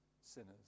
sinners